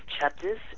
chapters